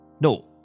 No